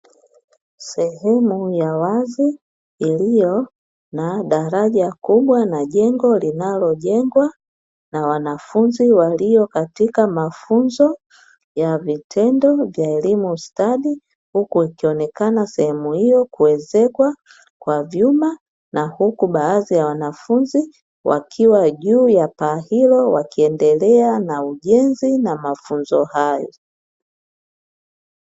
Sehemu ya wazi iliyo na daraja kubwa na jengo linalojengwa na wanafunzi walio katika mafunzo ya vitendo vya elimu stadi, huku ikionekana sehemu hiyo kuezekwa kwa vyuma na huku baadhi ya wanafunzi wakiwa juu ya paa hilo wakiendelea na ujenzi na mafunzo hayo.